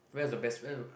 where is a best where